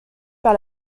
par